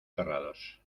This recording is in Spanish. cerrados